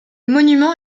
monument